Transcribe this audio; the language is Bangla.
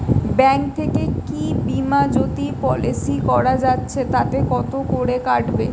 ব্যাঙ্ক থেকে কী বিমাজোতি পলিসি করা যাচ্ছে তাতে কত করে কাটবে?